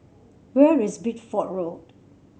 where is Bideford Road